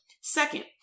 Second